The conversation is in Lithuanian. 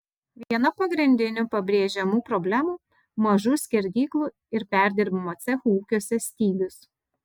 viena pagrindinių pabrėžiamų problemų mažų skerdyklų ir perdirbimo cechų ūkiuose stygius